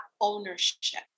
ownership